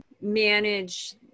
manage